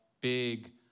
big